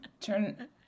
Turn